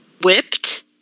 whipped